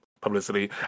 publicity